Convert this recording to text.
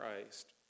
Christ